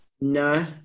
No